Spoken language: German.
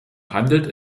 handelt